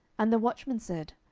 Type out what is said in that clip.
and the watchman said,